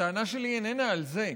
הטענה שלי איננה על זה.